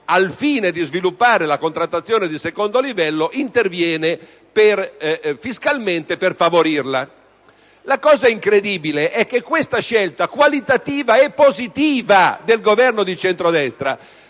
al fine di sviluppare la contrattazione di secondo livello, interviene fiscalmente per favorirla. Il fatto incredibile è che quella scelta qualitativa, e positiva, del Governo di centrodestra